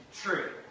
true